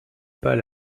pas